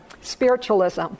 spiritualism